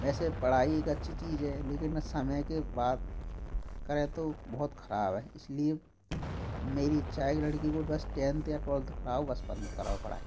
वैसे पढ़ाई एक अच्छी चीज है लेकिन मैं समय के बात करें तो बहुत खराब है इसलिए मेरी इच्छा है कि लड़की को बस टेंथ या ट्वेल्थ कराओ बस बंद करो पढ़ाई